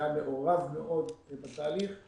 שהיה מעורב מאוד בתהליך.